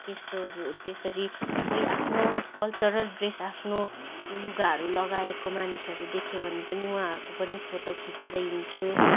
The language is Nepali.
त्यस्तोहरू त्यसरी कोही आफ्नो कल्चरल ड्रेस आफ्नो लुगाहरू लगाएको मानिसहरू देख्यो भने पनि उहाँहरूको पनि फोटो खिचेर हिँड्छु